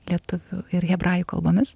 lietuvių ir hebrajų kalbomis